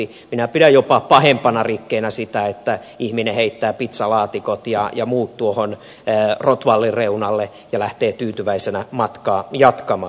minä pidän jopa pahempana rikkeenä sitä että ihminen heittää pitsalaatikot ja muut tuohon rotvallin reunalle ja lähtee tyytyväisenä matkaa jatkamaan